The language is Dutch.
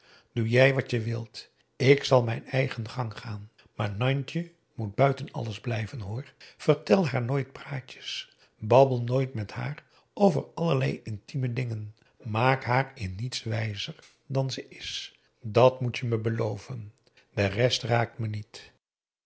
doe jij wat je wilt ik zal mijn eigen gang gaan maar nantje moet buiten alles blijven hoor vertel haar nooit praatjes babbel nooit met haar over allerlei intieme p a daum hoe hij raad van indië werd onder ps maurits dingen maak haar in niets wijzer dan ze is dat moet je me beloven de rest raakt me niet